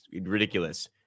ridiculous